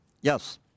Yes